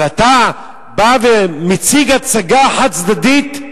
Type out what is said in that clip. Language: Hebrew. אבל אתה בא ומציג הצגה חד-צדדית,